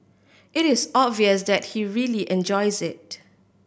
it is obvious that he really enjoys it